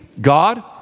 God